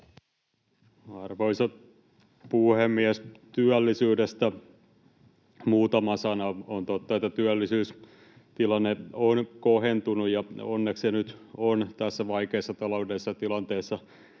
Arvoisa puhemies! Työllisyydestä muutama sana. On totta, että työllisyystilanne on kohentunut, ja onneksi se nyt on tässä vaikeassa taloudellisessa tilanteessa